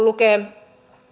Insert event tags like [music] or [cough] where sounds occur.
[unintelligible] lukee